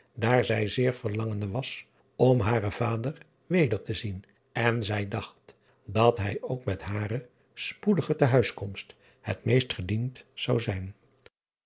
daar zij zeer verlangende was om haren vader weder te zien en zij dacht dat hij ook met hare spoedige te huiskomst het meest gediend zou zijn